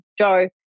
Joe